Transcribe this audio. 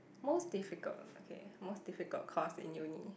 most difficult okay most difficult course in uni